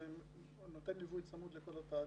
והוא נותן ליווי צמוד לכל התהליך.